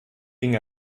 ging